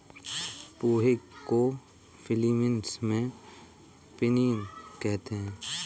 पोहे को फ़िलीपीन्स में पिनीपिग कहते हैं